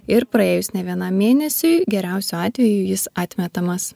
ir praėjus ne vienam mėnesiui geriausiu atveju jis atmetamas